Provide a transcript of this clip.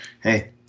hey